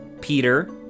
Peter